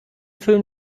füllen